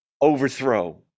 overthrow